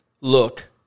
look